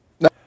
no